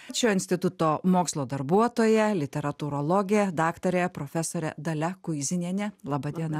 šio instituto mokslo darbuotoja literatūrologė daktarė profesorė dalia kuizinienė laba diena